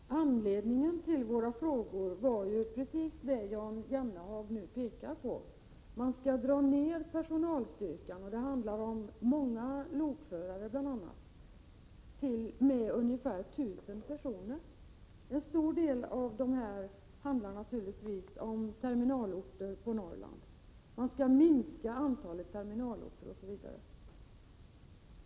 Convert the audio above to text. Fru talman! Anledningen till våra frågor var ju precis det som Jan Jennehag nu pekade på: Man ämnar dra ner personalstyrkan, och det handlar bl.a. om många lokförare, med ungefär 1 000 personer. I stor utsträckning gäller det terminalorter i Norrland, man skall minska antalet terminalorter osv.